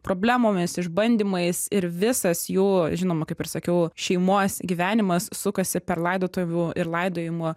problemomis išbandymais ir visas jų žinoma kaip ir sakiau šeimos gyvenimas sukasi per laidotuvių ir laidojimo